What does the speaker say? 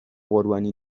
قربانی